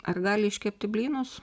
ar gali iškepti blynus